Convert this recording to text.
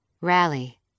Rally